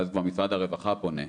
ואז כבר משרד הרווחה פונה.